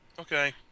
Okay